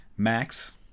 Max